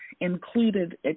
included